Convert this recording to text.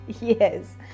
yes